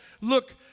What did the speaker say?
Look